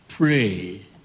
Pray